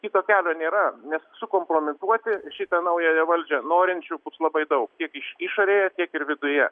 kito kelio nėra nes sukompromituoti šitą naująją valdžią norinčių bus labai daug tiek iš išorėje tiek ir viduje